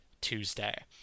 Tuesday